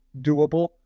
doable